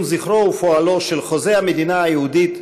זכרו ופועלו של חוזה המדינה היהודית,